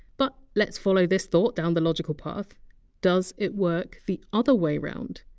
but let! s follow this thought down the logical path does it work the other way round?